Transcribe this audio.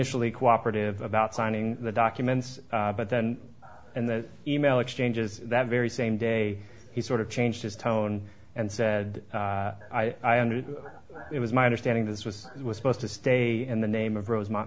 initially cooperative about signing the documents but then in the e mail exchanges that very same day he sort of changed his tone and said it was my understanding this was supposed to stay in the name of rosemont